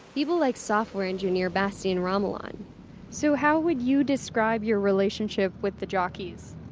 people like software engineer bastian ramelan so how would you describe your relationship with the jockeys?